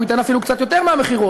הוא ייתן אפילו קצת יותר מהמחירון,